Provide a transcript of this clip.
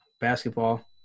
Basketball